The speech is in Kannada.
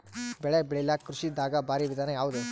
ಬೆಳೆ ಬೆಳಿಲಾಕ ಕೃಷಿ ದಾಗ ಭಾರಿ ವಿಧಾನ ಯಾವುದು?